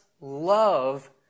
love